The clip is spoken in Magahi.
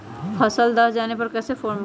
फसल दह जाने पर कैसे फॉर्म भरे?